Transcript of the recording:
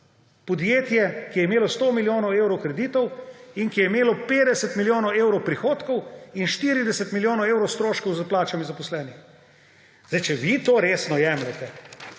Podjetje, ki je imelo 100 milijonov evrov kreditov in ki je imelo 50 milijonov evrov prihodkov in 40 milijonov evrov stroškov s plačami zaposlenih. Če vi to resno jemljete